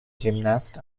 gymnast